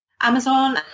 Amazon